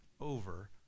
over